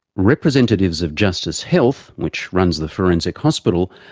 representatives of justice health, which runs the forensic hospital,